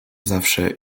zawsze